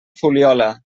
fuliola